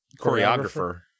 choreographer